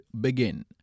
begin